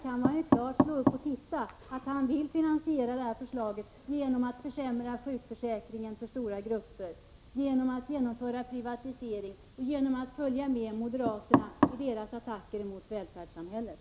Man kan ju slå upp den och titta där, så ser man att han vill finansiera det här förslaget genom att försämra sjukförsäkringen för stora grupper, genom att genomföra privatisering och genom att följa med moderaterna i deras attacker mot välfärdssamhället.